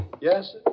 Yes